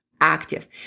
active